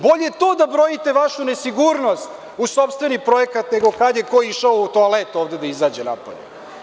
Bolje to da brojite, vašu nesigurnost u sopstveni projekat, nego kada je ko išao u toalet ovde, da izađe napolje.